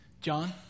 john